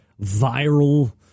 viral